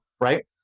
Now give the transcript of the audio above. right